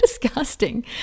disgusting